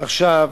עכשיו,